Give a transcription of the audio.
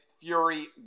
Fury